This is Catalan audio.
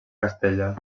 castella